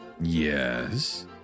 Yes